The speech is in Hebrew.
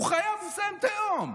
הוא חייב לסיים את היום.